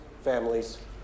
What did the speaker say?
families